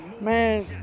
Man